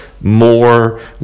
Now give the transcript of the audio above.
more